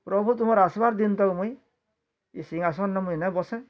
ପ୍ରଭୁ ତୁମର ଆଶୀର୍ବାଦ ଦିଅନ୍ତୁ ମୁଇଁ ଇ ସିଂହାସନେ ମୁଇଁ ନା ବସେ